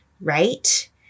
Right